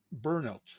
burnout